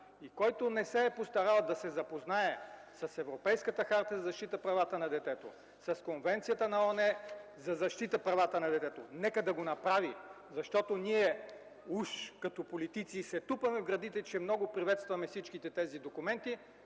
и който не се е постарал да се запознае с Европейската харта за защита правата на детето, с Конвенцията на ООН за защита правата на детето, нека да го направи, защото ние уж като политици се тупаме в гърдите, че много приветстваме всички тези документи,